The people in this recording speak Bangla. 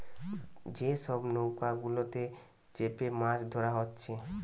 যে সব নৌকা গুলাতে চেপে মাছ ধোরা হচ্ছে